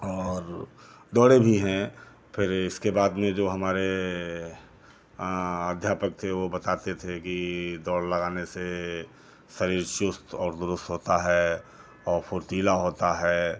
और दौड़े भी हैं फिर इसके बाद में जो हमारे अध्यापक थे वो बताते थे कि दौड़ लगाने से शरीर चुस्त और दुरुस्त होता है और फुर्तीला होता है